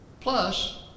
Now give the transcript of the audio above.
Plus